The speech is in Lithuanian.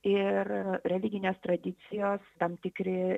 ir religinės tradicijos tam tikri